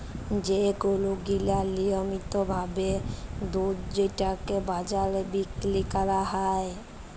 যে গরু গিলা লিয়মিত ভাবে দুধ যেটকে বাজারে বিক্কিরি ক্যরা হ্যয়